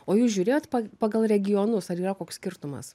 o jūs žiūrėjot pa pagal regionus ar yra koks skirtumas